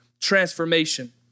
transformation